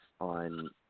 on